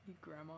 grandma